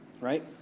right